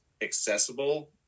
accessible